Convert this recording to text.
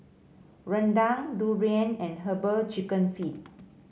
rendang durian and herbal chicken feet